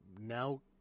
now